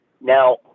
Now